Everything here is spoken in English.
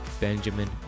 Benjamin